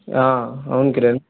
అవును కిరణ్